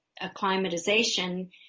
acclimatization